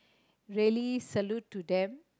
really salute to them